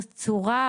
צורה?